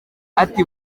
ati